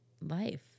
life